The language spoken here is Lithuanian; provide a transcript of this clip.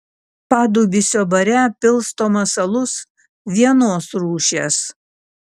padubysio bare pilstomas alus vienos rūšies